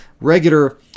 regular